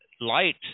light